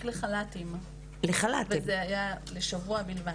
רק לחל"ת וזה היה לשבוע בלבד.